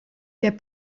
der